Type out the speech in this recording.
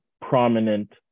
prominent